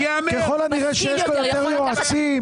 ככל הנראה שיש לו יותר יועצים.